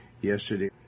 yesterday